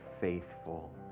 faithful